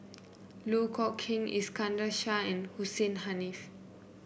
Loh Kok King Iskandar Shah and Hussein Haniff